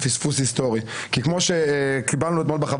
מהפכה משפטית בכל החזיתות?